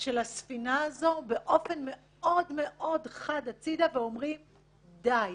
של הספינה הזו באופן מאוד מאוד חד הצידה ואומרים די.